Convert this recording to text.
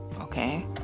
okay